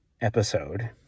episode